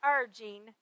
urging